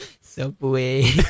Subway